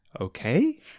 Okay